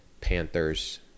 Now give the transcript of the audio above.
Panthers